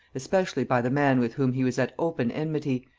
especially by the man with whom he was at open enmity,